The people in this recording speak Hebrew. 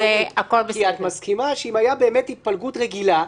שנבחר היה באמת צריך לבחור.